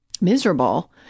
miserable